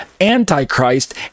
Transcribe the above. Antichrist